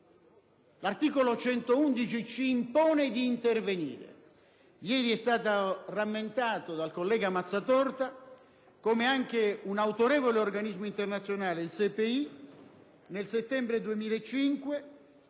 L'articolo 111 ci impone di intervenire. Ieri è stato rammentato dal collega Mazzatorta che anche un autorevole organismo internazionale, la Commissione europea